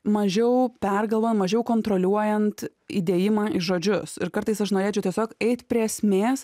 mažiau pergalvoti mažiau kontroliuojant įdėjimą į žodžius ir kartais aš norėčiau tiesiog eit prie esmės